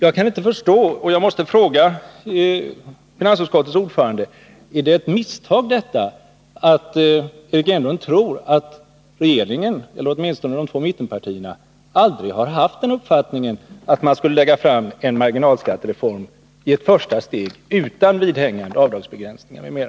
Jag kan inte förstå det, och jag måste fråga finansutskottets ordförande: Är det ett misstag att Eric Enlund tror att regeringen, eller åtminstone mittenpartierna, aldrig har haft uppfattningen att man skulle lägga fram en marginalskattereform i ett första steg utan vidhängande avdragsbegränsningar?